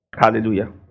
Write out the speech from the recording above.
Hallelujah